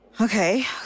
Okay